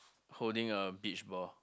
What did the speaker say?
holding a beach ball